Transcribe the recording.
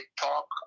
talk